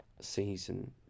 season